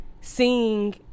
seeing